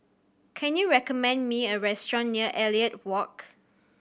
can you recommend me a restaurant near Elliot Walk